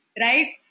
right